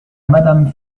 madame